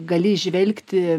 gali įžvelgti